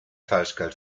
falschgeld